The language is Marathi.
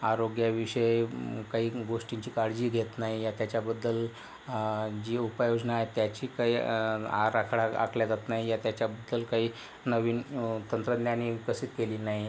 आरोग्याविषयी काही गोष्टींची काळजी घेत नाही आहे त्याच्याबद्दल जी उपाययोजना आहे त्याची काही आराखडा आखल्या जात नाही आहे त्याच्याबद्दल काही नवीन तंत्रज्ञाने विकसित केली नाही